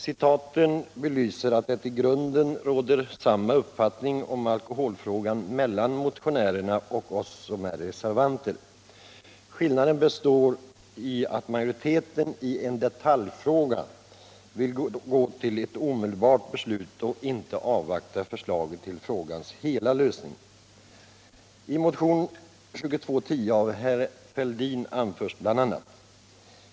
Citaten belyser att det i grunden råder samma uppfattning om alkoholfrågan hos motionärerna och hos oss som är reservanter. Skillnaden består i att majoriteten i en detaljfråga vill gå till ett omedelbart beslut och inte avvakta förslaget till hela frågans lösning.